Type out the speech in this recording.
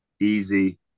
easy